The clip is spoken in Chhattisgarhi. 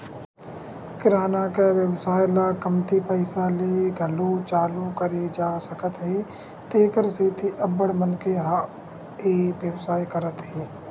किराना के बेवसाय ल कमती पइसा ले घलो चालू करे जा सकत हे तेखर सेती अब्बड़ मनखे ह ए बेवसाय करत हे